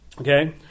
Okay